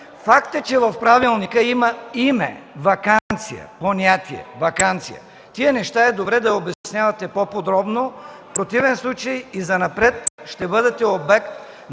Факт е, че в правилника има понятие „ваканция”. Тези неща е добре да обяснявате по-подробно. В противен случай и занапред ще бъдете обект